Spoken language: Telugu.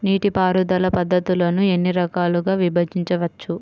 నీటిపారుదల పద్ధతులను ఎన్ని రకాలుగా విభజించవచ్చు?